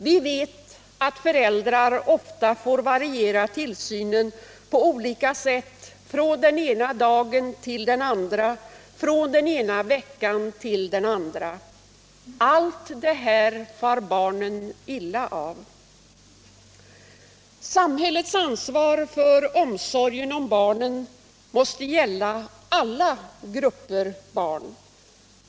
Vi vet att föräldrar ofta får variera tillsynen på olika sätt från den ena dagen till den andra, från den ena veckan till den andra. Allt det här far barnen illa av. Samhällets ansvar för omsorgen om barnen måste gälla alla grupper av barn.